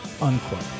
Unquote